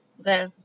Okay